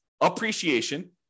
appreciation